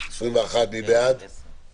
הסתייגות מס' 7. מי בעד ההסתייגות?